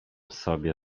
sobie